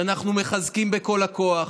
שאנחנו מחזקים בכל הכוח,